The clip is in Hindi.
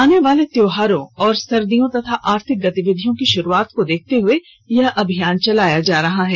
आने वाले त्योहारों और सर्दियों तथा आर्थिक गतिविधियों की शुरुआत को देखते हुए यह अभियान चलाया जा रहा है